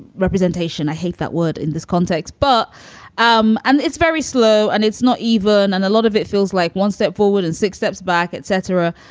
representation. i hate that word in this context, but um and it's very slow and it's not even on. a lot of it feels like one step forward and six steps back, etc.